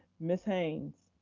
ms. haynes.